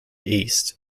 east